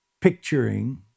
picturing